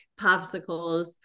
popsicles